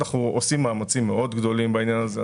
אנחנו עושים מאמצים מאוד גדולים בעניין הזה.